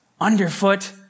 underfoot